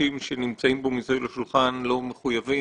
שנמצאים כאן מסביב לשולחן לא מחויבים